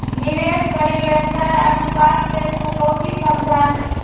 निवेश परिव्यास अनुपात से तू कौची समझा हीं?